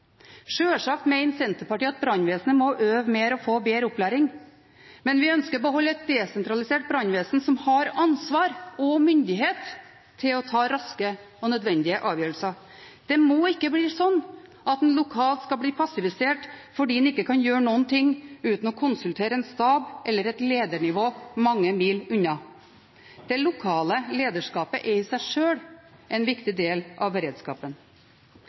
Sjølsagt mener Senterpartiet at brannvesenet må øve mer og få bedre opplæring. Men vi ønsker å beholde et desentralisert brannvesen som har ansvar og myndighet til å ta raske og nødvendige avgjørelser. Det må ikke bli slik at en lokalt skal bli passivisert fordi en ikke kan gjøre noe uten å konsultere en stab eller et ledernivå mange mil unna. Det lokale lederskapet er i seg sjøl en viktig del av beredskapen.